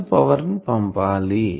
ఎంత పవర్ ని పంపాలి